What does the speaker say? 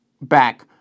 back